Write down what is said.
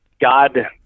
God